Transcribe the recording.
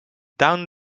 down